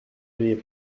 riait